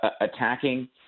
attacking